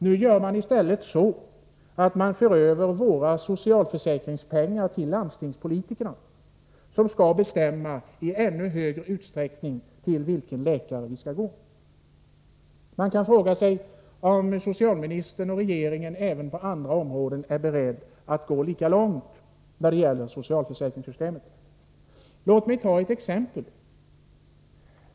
Nu gör regeringen i stället så att den för över våra socialförsäkringspengar till landstingspolitikerna som skall bestämma i ännu större utsträckning till vilken läkare vill skall gå. Man kan fråga sig om socialministern och regeringen även på andra områden är beredda att gå lika långt. Låt mig ta ett exempel.